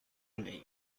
plane